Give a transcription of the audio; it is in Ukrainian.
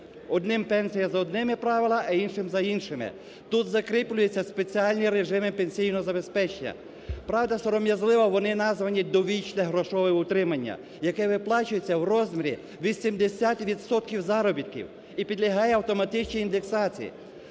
одним пенсія за одними правилами, а іншим – за іншими. Тут закріплюється спеціальні режими пенсіонного забезпечення, правда, сором'язливо вони названі довічне грошове утримання, яке виплачується в розмірі 80 відсотків заробітків і підлягає автоматичній індексації.